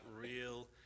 real